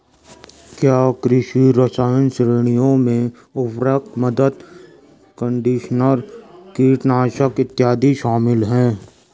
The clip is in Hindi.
क्या कृषि रसायन श्रेणियों में उर्वरक, मृदा कंडीशनर, कीटनाशक इत्यादि शामिल हैं?